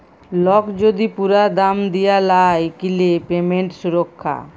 lock যদি পুরা দাম দিয়া লায় কিলে পেমেন্ট সুরক্ষা